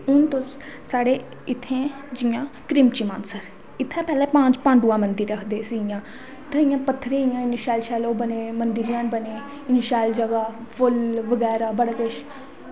हून साढ़े तुस इंया जियां की क्रिमची मानसर इत्थें पैह्लें पांच पाडुऐं दा मंदर आक्खदे इसी इंया ते इत्थें पत्थरें कन्नै शैल शैल इंया ओह् मंदर बने दे इन्नी शैल जगह फुल्ल बगैरा ओह् बड़ी शैल जगह फुल्ल बगैरा बड़ा किश